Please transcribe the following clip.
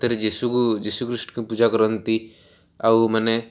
ସେଥିରେ ଜୀଶୁକୁ ଜୀଶୁଖ୍ରୀଷ୍ଟଙ୍କୁ ପୂଜା କରନ୍ତି ଆଉ ମାନେ